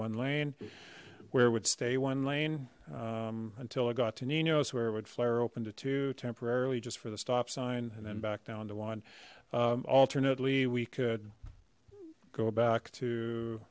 one lane where would stay one lane until it got to nino's where it would flare open to to temporarily just for the stop sign and then back down to one alternately we could go back to